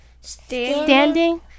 Standing